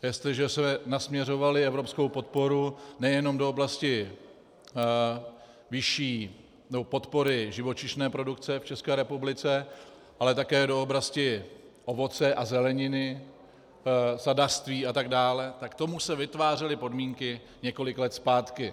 Jestliže jsme nasměrovali evropskou podporu nejen do oblasti vyšší podpory živočišné produkce v České republice, ale také do oblasti ovoce a zeleniny, sadařství atd., tak k tomu se vytvářely podmínky několik let zpátky.